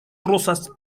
rosas